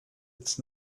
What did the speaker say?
its